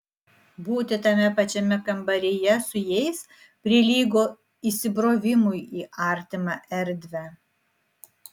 būti tame pačiame kambaryje su jais prilygo įsibrovimui į artimą erdvę